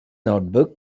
notebook